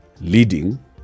leading